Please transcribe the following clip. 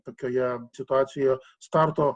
tokioje situacijoje starto